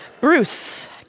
Bruce